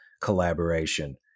collaboration